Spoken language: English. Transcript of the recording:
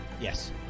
Yes